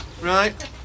right